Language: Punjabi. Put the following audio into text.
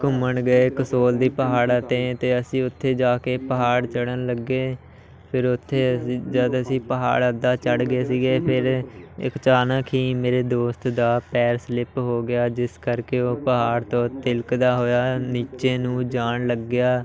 ਘੁੰਮਣ ਗਏ ਕਸੋਲ ਦੀ ਪਹਾੜ ਅਤੇ ਤੇ ਅਸੀਂ ਉੱਥੇ ਜਾ ਕੇ ਪਹਾੜ ਚੜਨ ਲੱਗੇ ਫਿਰ ਉੱਥੇ ਅਸੀਂ ਜਦ ਅਸੀਂ ਪਹਾੜ ਅੱਧਾ ਚੜ ਗਏ ਸੀਗੇ ਫਿਰ ਇੱਕ ਅਚਾਨਕ ਹੀ ਮੇਰੇ ਦੋਸਤ ਦਾ ਪੈਰ ਸਲਿਪ ਹੋ ਗਿਆ ਜਿਸ ਕਰਕੇ ਉਹ ਪਹਾੜ ਤੋਂ ਤਿਲਕਦਾ ਹੋਇਆ ਨੀਚੇ ਨੂੰ ਜਾਣ ਲੱਗਿਆ